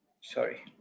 Sorry